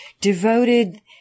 devoted